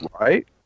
Right